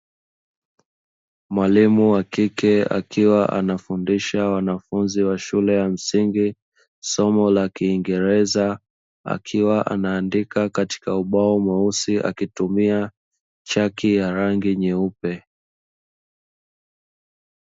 Mwalimu wa kike akiwa anafundisha wanafunzi wa shule ya msingi somo la kiingereza akiwa anaandika katika ubao mweusi akitumia chaki ya rangi nyeupe.